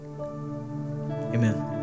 Amen